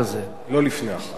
לא לפני 01:00. זאת אומרת,